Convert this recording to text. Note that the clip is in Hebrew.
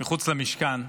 מחוץ למשכן,